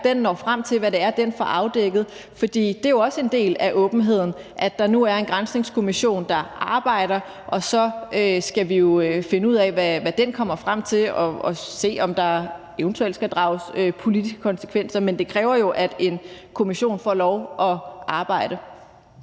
den når frem til, og hvad det er, den får afdækket. For det er jo også en del af åbenheden, at der nu er en granskningskommission, der arbejder, og så skal vi jo finde ud af, hvad den kommer frem til, og se, om der eventuelt skal drages politiske konsekvenser. Men det kræver jo, at en kommission får lov at arbejde.